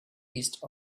east